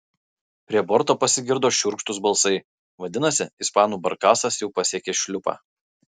prie borto pasigirdo šiurkštūs balsai vadinasi ispanų barkasas jau pasiekė šliupą